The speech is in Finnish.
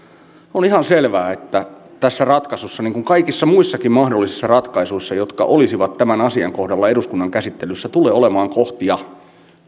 on ihan selvää että tässä ratkaisussa niin kuin kaikissa muissakin mahdollisissa ratkaisuissa jotka olisivat tämän asian kohdalla eduskunnan käsittelyssä tulee olemaan kohtia